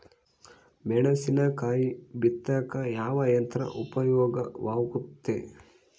ಮೆಣಸಿನಕಾಯಿ ಬಿತ್ತಾಕ ಯಾವ ಯಂತ್ರ ಉಪಯೋಗವಾಗುತ್ತೆ?